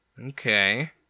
Okay